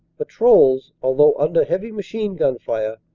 patrols, although under heavy machine-gun fire,